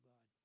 God